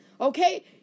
okay